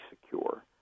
secure